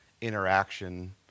interaction